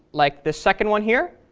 like this second one here,